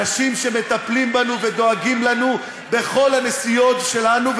אנשים שמטפלים בנו ודואגים לנו בכל הנסיעות שלנו,